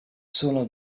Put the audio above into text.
sono